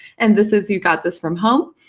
and this is you got this from home,